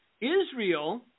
Israel